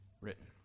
written